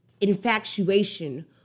infatuation